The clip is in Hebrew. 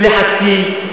ולחצים,